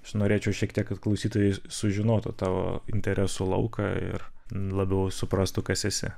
aš norėčiau šiek tiek kad klausytojai sužinotų tavo interesų lauką ir labiau suprastų kas esi